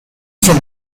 from